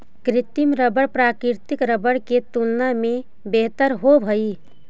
कृत्रिम रबर प्राकृतिक रबर के तुलना में बेहतर होवऽ हई